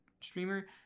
Streamer